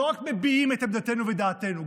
לא רק מביעים את עמדתנו ודעתנו,